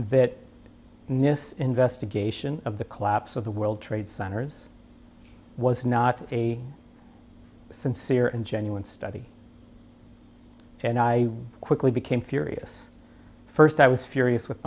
nist investigation of the collapse of the world trade centers was not a sincere and genuine study and i quickly became furious first i was furious with